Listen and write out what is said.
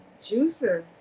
Juicer